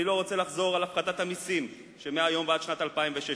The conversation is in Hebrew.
אני לא רוצה לחזור על הפחתת המסים שמהיום ועד שנת 2016,